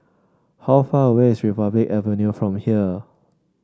how far away is Republic Avenue from here